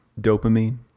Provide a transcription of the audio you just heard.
dopamine